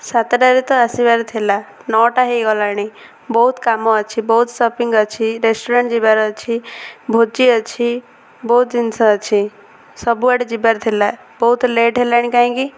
ସାତଟାରେ ତ ଆସିବାର ଥିଲା ନଅଟା ହେଇଗଲାଣି ବହୁତ କାମ ଅଛି ବହୁତ ସପିଙ୍ଗ ଅଛି ରେଷ୍ଟୁରାଣ୍ଟ ଯିବାର ଅଛି ଭୋଜି ଅଛି ବହୁତ ଜିନିଷ ଅଛି ସବୁଆଡ଼େ ଯିବାର ଥିଲା ବହୁତ ଲେଟ୍ ହେଲାଣି କାହିଁକି